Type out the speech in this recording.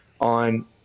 on